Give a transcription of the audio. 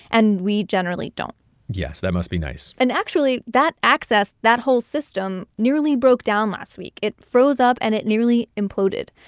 and we generally don't yes, that must be nice and actually, that access, that whole system nearly broke down last week. it froze up. and it nearly imploded,